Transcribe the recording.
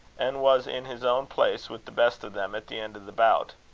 and was in his own place with the best of them at the end of the bout.